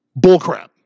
bullcrap